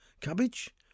Cabbage